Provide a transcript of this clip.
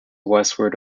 westward